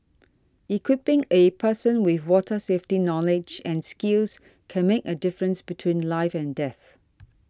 equipping a person with water safety knowledge and skills can make a difference between life and death